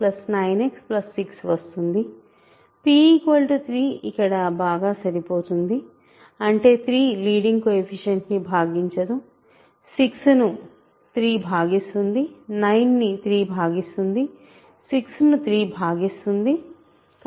p 3 ఇక్కడ బాగా సరిపోతుంది అంటే 3 లీడింగ్ కోయెఫీషియంట్ ని భాగించదు 6 ను 3 భాగిస్తుంది 9 ని 3 భాగిస్తుంది 6 ను 3 భాగిస్తుంది కానీ 6 ను 9 భాగించదు